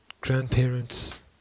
grandparents